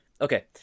okay